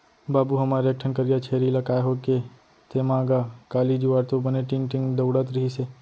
बाबू हमर एक ठन करिया छेरी ला काय होगे तेंमा गा, काली जुवार तो बने टींग टींग दउड़त रिहिस हे